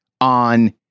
on